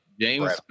James